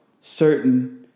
certain